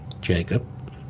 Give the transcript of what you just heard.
Jacob